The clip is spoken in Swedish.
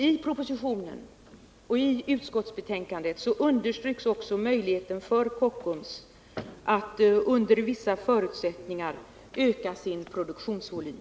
I propositionen och i utskottsbetänkandet understryks också möjligheten för Kockums att under vissa förutsättningar öka sin produktionsvolym.